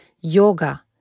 Yoga